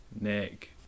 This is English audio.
Nick